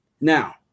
now